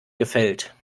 gefällt